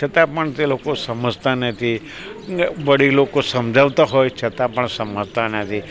છતાં પણ તે લોકો સમજતા નથી વડીલ લોકો સમજાવતા હોય છતાં પણ સમજતા નથી